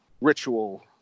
ritual